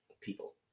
people